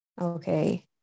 Okay